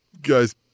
guys